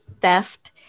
theft